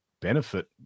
benefit